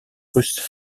russes